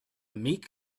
meek